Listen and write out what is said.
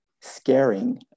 scaring